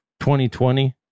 2020